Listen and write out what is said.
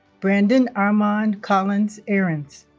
brandon armand collins aarons